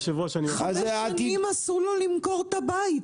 חמש שנים אסור לו למכור את הבית.